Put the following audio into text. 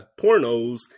pornos